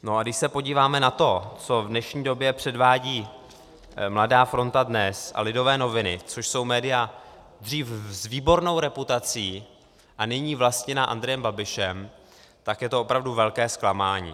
No a když se podíváme na to, co v dnešní době předvádí Mladá fronta DNES a Lidové noviny, což jsou média dřív s výbornou reputací a nyní vlastněná Andrejem Babišem, tak je to opravdu velké zklamání.